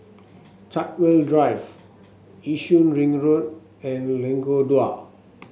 Chartwell Drive Yishun Ring Road and Lengkok Dua